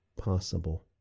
possible